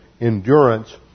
endurance